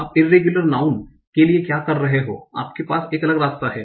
आप irregular nouns के लिए क्या कर रहे हो आपके पास एक अलग रास्ता है